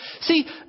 See